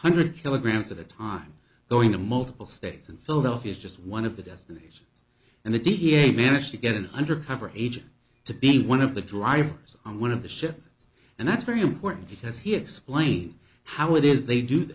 hundred kilograms at a time going to multiple states and philadelphia is just one of the destination and the da managed to get an undercover agent to be one of the drivers on one of the ship and that's very important because he explained how it is they do